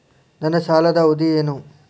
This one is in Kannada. ನನ್ನ ಸಾಲದ ಅವಧಿ ಏನು?